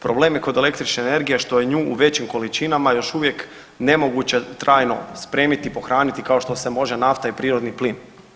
Problem je kod električne energije što je nju u većim količinama još uvijek nemoguće trajno spremiti, pohraniti kao što se može nafta i prirodni plin.